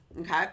okay